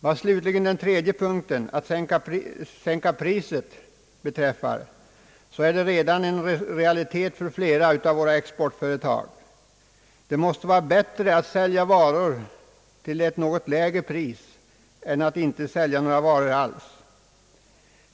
Vad slutligen den tredje punkten, att sänka priset, beträffar, så är det redan en realitet för flera av våra exportföretag. Det måste vara bättre att sälja varor till ett något lägre pris än att inte sälja några varor alls.